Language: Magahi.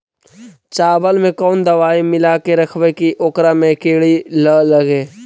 चावल में कोन दबाइ मिला के रखबै कि ओकरा में किड़ी ल लगे?